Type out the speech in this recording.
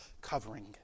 covering